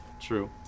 True